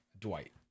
Dwight